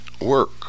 work